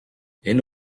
энэ